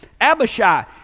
Abishai